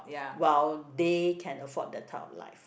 while they can afford that type of life